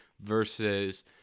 versus